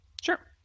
Sure